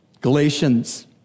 Galatians